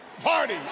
Party